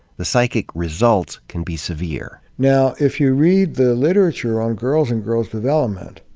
the psychic results can be severe. now if you read the literature on girls, and girls development,